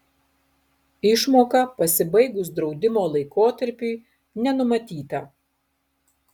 išmoka pasibaigus draudimo laikotarpiui nenumatyta